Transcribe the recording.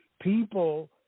People